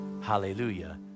hallelujah